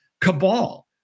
cabal